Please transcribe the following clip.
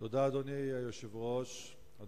אדוני היושב-ראש, תודה.